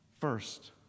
first